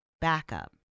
backup